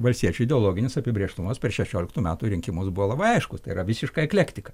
valstiečių ideologinis apibrėžtumas per šešioliktų metų rinkimus buvo labai aiškus tai yra visiška eklektika